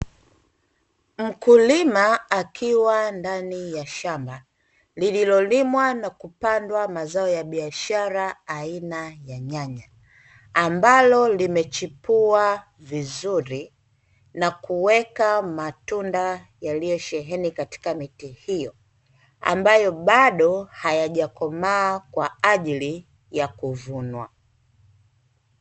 Mkulima akiwa ndani ya shamba, lililolimwa na kupandwa mazao ya biashara aina ya nyanya, ambalo limechipua vizuri na kuweka matunda yaliyosheheni katika miti hiyo, ambayo bado hayajakomaa kwa ajili ya kuvunwa.